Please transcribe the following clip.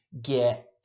get